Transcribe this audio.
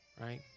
right